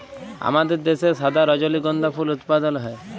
আমাদের দ্যাশে সাদা রজলিগন্ধা ফুল উৎপাদল হ্যয়